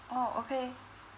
oh okay